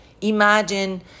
imagine